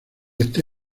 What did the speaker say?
este